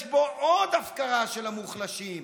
יש בו עוד הפקרה של המוחלשים.